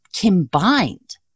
combined